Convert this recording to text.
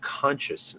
consciousness